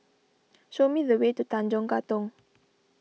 show me the way to Tanjong Katong